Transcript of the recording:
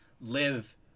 live